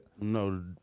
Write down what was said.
No